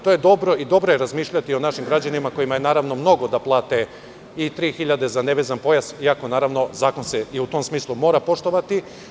To je dobro i dobro je razmišljati o našim građanima kojima je mnogo da plate i 3.000 za nevezan pojas, iako se zakon i u tom smislu mora poštovati.